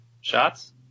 shots